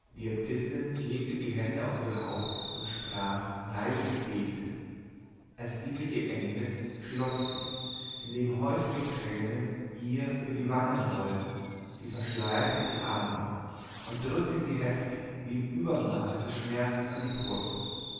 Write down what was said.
legte die hände auf ihr haupt und sprach leise gebete als diese geendet schloß sie indem häufige tränen ihr über die wangen rollten die verschleierte in die arme und drückte sie heftig wie im übermaß des schmerzes an die brust